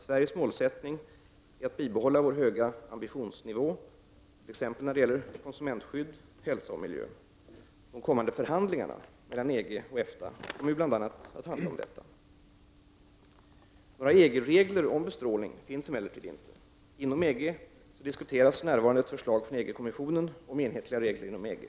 Sveriges målsättning är att bibehålla vår höga ambitionsnivå, t.ex. när det gäller konsumentskydd, hälsa och miljö. De kommande förhandlingarna mellan EG och EFTA kommer bl.a. att handla om detta. Några EG-regler om bestrålning finns emellertid inte. Inom EG diskuteras för närvarande ett förslag från EG-kommissionen om enhetliga regler inom EG.